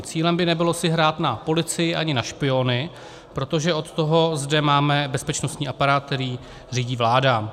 Cílem by nebylo si hrát na policii ani na špiony, protože od toho zde máme bezpečnostní aparát, který řídí vláda.